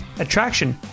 attraction